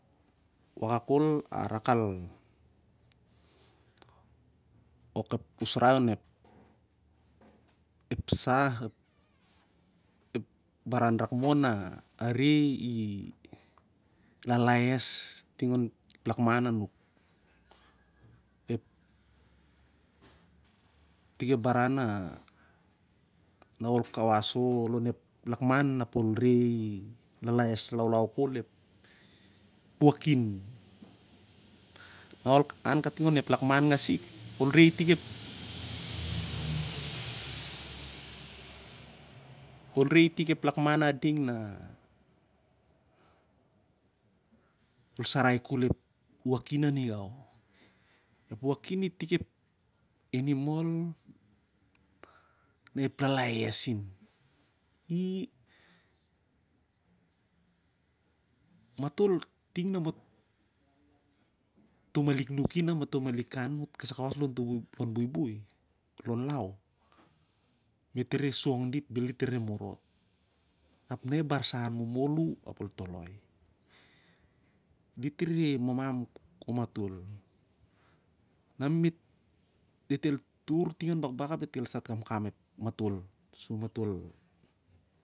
Wak kol arak al, wok ep usrai onep sa ep baran rak mo na i lalaes jsrrai an ting onep lakman anuk, ep i tik ep baran a ol kawas o on ep lakman ap ol re na i lalaes laulau kol ep wakim. No aol an kating onep lakman nagsin, ap ol reh itik ep lakman ading na, sasarai kol ep wakim aging gua. Ep wakin itik ep animal na ep lalaes in. Matol ting na mato malik nuki na mato malik an kasai kawas lonep buibui o lonlau, met rere song dit bel dit rere morot, barsan momol u ap ol toloi ma dit rere mamam amatol. Na met el tur ting an bakbak ap diat el kamkam matol sur.